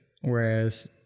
whereas